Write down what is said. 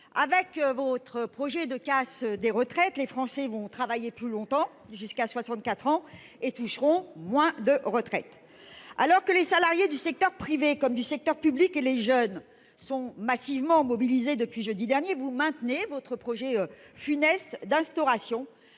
Avec votre projet de casse des retraites, les Français vont travailler plus longtemps- jusqu'à 64 ans -et toucheront des pensions plus basses. Alors que les salariés du secteur privé comme du secteur public, ainsi que les jeunes, sont massivement mobilisés depuis jeudi dernier, vous maintenez votre projet funeste d'instauration